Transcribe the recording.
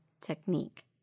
technique